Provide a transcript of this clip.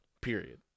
Period